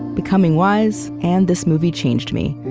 becoming wise, and this movie changed me.